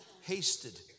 hasted